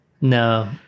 no